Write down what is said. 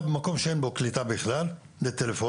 במקום שאין בו קליטה בכלל לטלפונים,